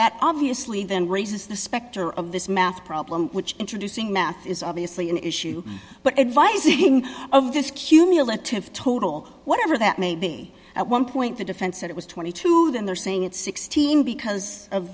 that obviously then raises the specter of this math problem which introducing math is obviously an issue but advising of this cumulative total whatever that may be at one point the defense said it was twenty two dollars then they're saying it's sixteen because of